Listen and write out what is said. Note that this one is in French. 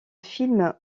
films